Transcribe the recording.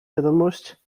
wiadomość